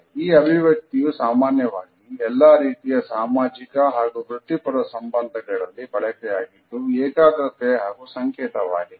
ಈ ಅಭಿವ್ಯಕ್ತಿಯು ಸಾಮಾನ್ಯವಾಗಿ ಎಲ್ಲಾ ರೀತಿಯ ಸಾಮಾಜಿಕ ಹಾಗೂ ವೃತ್ತಿಪರ ಸಂಬಂಧಗಳಲ್ಲಿ ಬಳಕೆಯಾಗಿದ್ದು ಏಕಾಗ್ರತೆ ಹಾಗೂ ಸಂಕೇತವಾಗಿದೆ